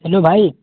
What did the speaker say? hello بھائی